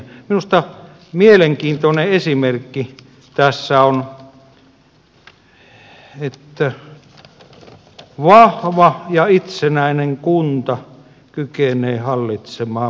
minusta mielenkiintoinen esimerkki tässä on se että vahva ja itsenäinen kunta kykenee hallitsemaan markkinoita